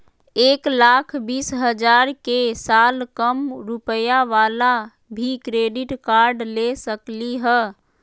एक लाख बीस हजार के साल कम रुपयावाला भी क्रेडिट कार्ड ले सकली ह?